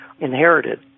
inherited